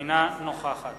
אינה נוכחת